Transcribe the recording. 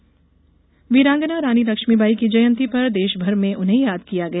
लक्ष्मीबाई जयंती वीरागंना रानी लक्ष्मीबाई की जयंती पर देशभर में उन्हें याद किया गया